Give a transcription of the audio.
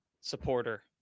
supporter